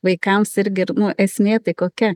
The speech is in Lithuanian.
vaikams irgi ir nu esmė tai kokia